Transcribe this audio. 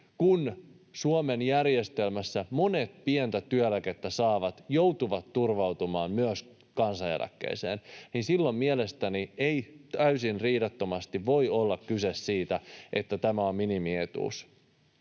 kun Suomen järjestelmässä monet pientä työeläkettä saavat joutuvat turvautumaan myös kansaneläkkeeseen. Silloin mielestäni ei täysin riidattomasti voi olla kyse siitä, että tämä on minimietuus.